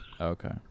Okay